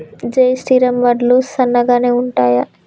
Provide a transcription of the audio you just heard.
జై శ్రీరామ్ వడ్లు సన్నగనె ఉంటయా?